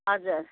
हजुर